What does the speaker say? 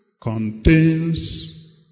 contains